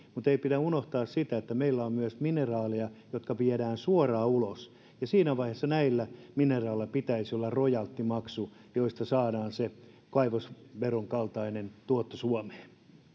mutta ei pidä unohtaa sitä että meillä on myös mineraaleja jotka viedään suoraan ulos ja siinä vaiheessa näillä mineraaleilla pitäisi olla rojaltimaksu josta saadaan se kaivosveron kaltainen tuotto suomeen